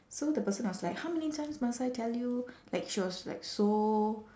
so the person was like how many times must I tell you like she was like so